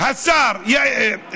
אמר השר לוין